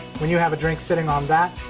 when you have a drink sitting on that,